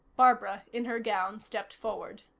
barbara, in her gown, stepped forward.